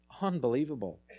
Unbelievable